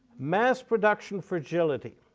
mass production fragility.